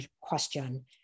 question